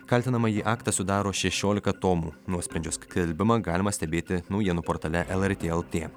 kaltinamąjį aktą sudaro šešiolika tomų nuosprendžio skelbimą galima stebėti naujienų portale lrt lt